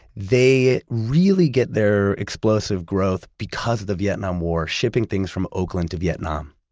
they really get their explosive growth because of the vietnam war, shipping things from oakland to vietnam,